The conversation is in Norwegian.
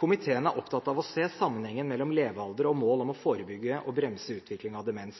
Komiteen er opptatt av å se sammenhengen mellom levealder og mål om å forebygge og bremse utvikling av demens.